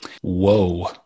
Whoa